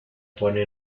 pone